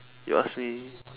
you ask me